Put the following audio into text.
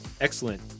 excellent